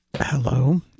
Hello